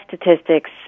statistics